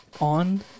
On